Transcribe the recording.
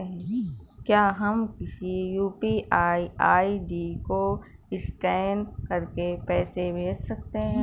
क्या हम किसी यू.पी.आई आई.डी को स्कैन करके पैसे भेज सकते हैं?